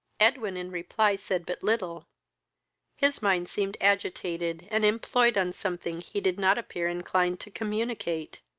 edwin in reply said but little his mind seemed agitated and employed on something he did not appear inclined to communicate.